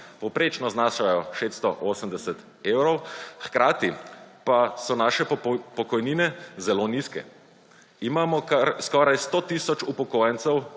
povprečno znašajo 680 evrov, hkrati pa so naše pokojnine zelo nizke. Imamo skoraj 100 tisoč upokojencev,